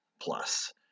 plus